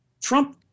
Trump